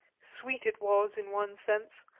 sweet it was in one sense,